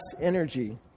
energy